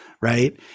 right